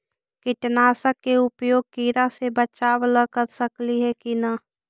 कीटनाशक के उपयोग किड़ा से बचाव ल कर सकली हे की न?